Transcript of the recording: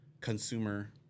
consumer